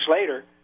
later